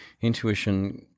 intuition